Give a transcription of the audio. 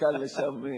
מכאן לשם,